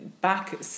back